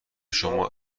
شما